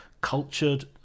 cultured